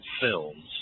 films